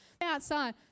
outside